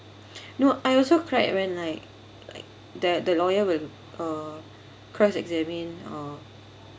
no I also cried when like like the the lawyer will uh cross examine uh